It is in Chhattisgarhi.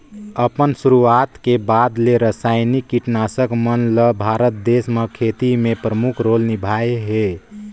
अपन शुरुआत के बाद ले रसायनिक कीटनाशक मन ल भारत देश म खेती में प्रमुख रोल निभाए हे